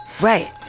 Right